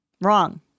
Wrong